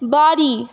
বাড়ি